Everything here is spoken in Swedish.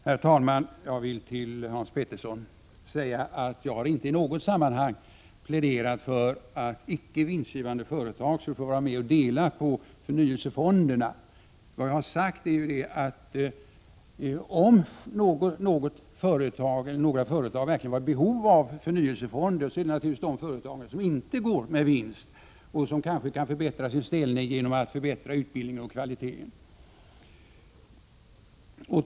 Herr talman! Jag vill till Hans Petersson i Hallstahammar säga att jag inte i något sammanhang har pläderat för att icke vinstgivande företag skulle få vara med och dela på förnyelsefonderna. Vad jag har sagt är att om några företag verkligen är i behov av förnyelsefonder är det naturligtvis de som inte går med vinst och som kanske kan förbättra sin ställning genom att förbättra utbildningen och kvaliteten.